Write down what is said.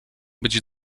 być